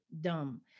dumb